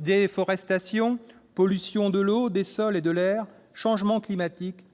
déforestation, pollution de l'eau, des sols et de l'air, changement climatique,